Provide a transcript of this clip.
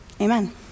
Amen